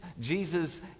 Jesus